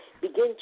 Begin